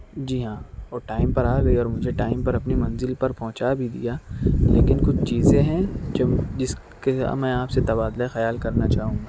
جی ہاں اور ٹائم پر آ گئی اور مجھے ٹائم پر اپنی منزل پر پہنچا بھی دیا لیکن کچھ چیزیں ہیں جو جس کے میں آپ سے تبادلہ خیال کرنا چاہوں گا